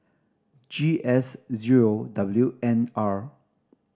G S zero W N R